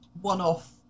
one-off